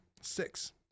six